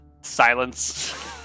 Silence